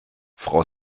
frau